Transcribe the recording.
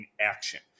action